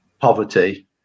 poverty